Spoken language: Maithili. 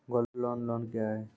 गोल्ड लोन लोन क्या हैं?